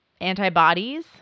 antibodies